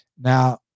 Now